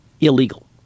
illegal